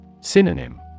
Synonym